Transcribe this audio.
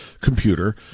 computer